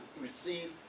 receive